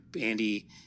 Andy